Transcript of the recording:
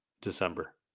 December